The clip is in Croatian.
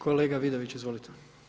Kolega Vidović, izvolite.